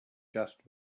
just